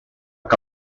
que